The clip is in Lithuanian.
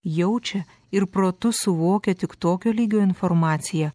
jaučia ir protu suvokia tik tokio lygio informaciją